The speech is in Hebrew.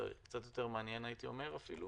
זה קצת יותר מעניין הייתי אומר.